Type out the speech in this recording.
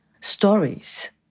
stories